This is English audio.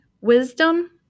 wisdom